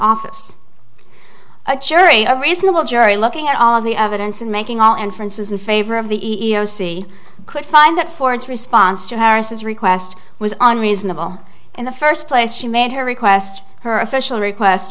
office a jury a reasonable jury looking at all of the evidence and making all inferences in favor of the e e o c could find that ford's response to harris's request was unreasonable in the first place she made her request her official request